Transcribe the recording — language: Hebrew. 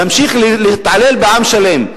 להמשיך להתעלל בעם שלם,